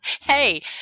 hey